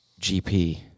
GP